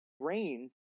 brains